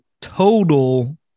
total